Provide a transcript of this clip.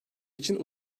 için